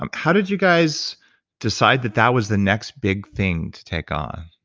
um how did you guys decide that that was the next big thing to take on?